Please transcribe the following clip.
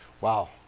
Wow